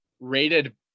rated